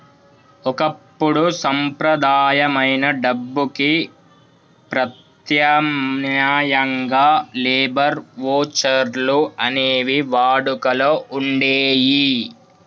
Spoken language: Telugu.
ఒకప్పుడు సంప్రదాయమైన డబ్బుకి ప్రత్యామ్నాయంగా లేబర్ వోచర్లు అనేవి వాడుకలో వుండేయ్యి